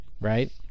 Right